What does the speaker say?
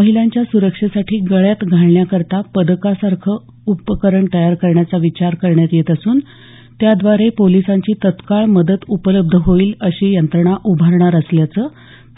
महिलांच्या सुरक्षेसाठी गळ्यात घालण्याकरता पदकासारखं उपकरण तयार करण्याचा विचार करण्यात येत असून त्याद्वारे पोलिसांची तत्काळ मदत उपलब्ध होईल अशी यंत्रणा उभारण्याचं